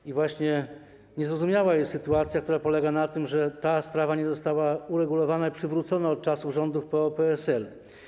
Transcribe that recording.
I właśnie niezrozumiała jest sytuacja, która polega na tym, że ta sprawa nie została uregulowana i przywrócona od czasów rządów PO-PSL.